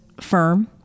firm